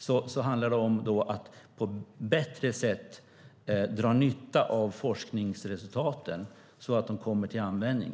Det handlar om att på bättre sätt dra nytta av forskningsresultaten, så att de kommer till användning.